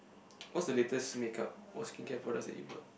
what's the latest makeup or skincare products that you bought